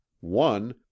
one